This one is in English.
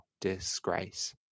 disgrace